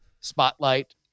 Spotlight